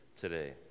today